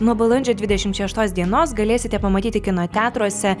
nuo balandžio dvidešim šeštos dienos galėsite pamatyti kino teatruose